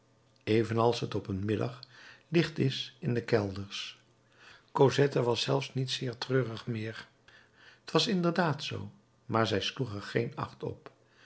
evenals t op den middag licht is in de kelders cosette was zelfs niet zeer treurig meer t was inderdaad zoo maar zij sloeg er geen acht op